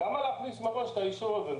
למה להכניס מראש את האישור הזה?